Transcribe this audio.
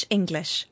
English